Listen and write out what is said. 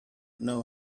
know